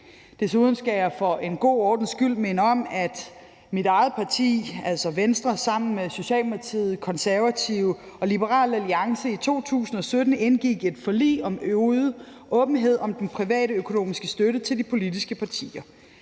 Desuden skal jeg for en god ordens skyld minde om, at mit eget parti, altså Venstre, sammen med Socialdemokratiet, Konservative og Liberal Alliance i 2017 indgik et forlig om øget åbenhed om den private økonomiske støtte til de politiske partier.